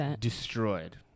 destroyed